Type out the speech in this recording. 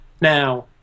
now